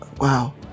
wow